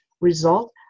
result